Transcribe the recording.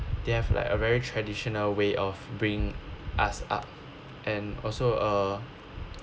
they have like a very traditional way of bring us up and also uh